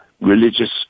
religious